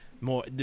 More